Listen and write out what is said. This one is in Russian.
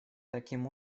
таким